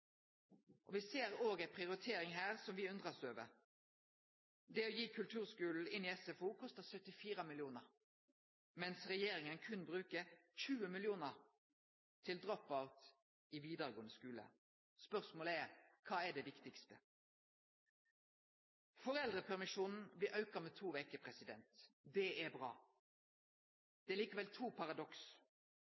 ser òg ei prioritering her som me undrast over. Det å få kulturskulen inn i SFO kostar 74 mill. kr, mens regjeringa berre brukar 20 mill. kr til drop-out i vidaregåande skule. Spørsmålet er: Kva er det viktigaste? Foreldrepermisjonen blir auka med to veker – det er bra. Det er likevel to paradoks.